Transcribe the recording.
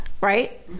right